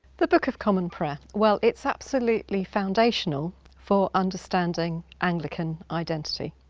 the book of common prayer well it's absolutely foundational for understanding anglican identity,